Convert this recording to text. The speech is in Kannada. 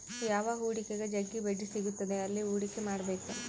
ಯಾವ ಹೂಡಿಕೆಗ ಜಗ್ಗಿ ಬಡ್ಡಿ ಸಿಗುತ್ತದೆ ಅಲ್ಲಿ ಹೂಡಿಕೆ ಮಾಡ್ಬೇಕು